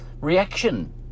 reaction